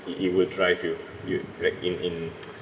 it it will drive you you'd like in in